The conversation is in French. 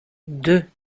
deux